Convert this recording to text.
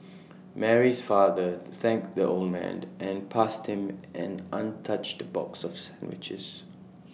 Mary's father thanked the old man and passed him an untouched box of sandwiches